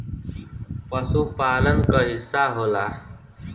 पसुपालन क हिस्सा होला